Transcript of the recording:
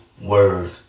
word